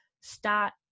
start